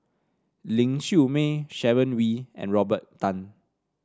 Ling Siew May Sharon Wee and Robert Tan